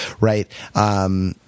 right